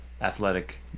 athletic